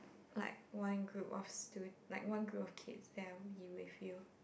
like one group of stu~ like one group of kids that are with you